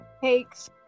takes